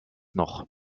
noch